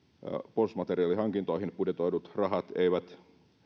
puolustusmateriaalihankintoihin budjetoidut rahat eivät